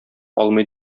алмый